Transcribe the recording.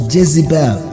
Jezebel